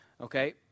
Okay